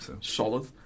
solid